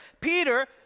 Peter